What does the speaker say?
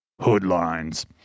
Hoodlines